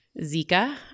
Zika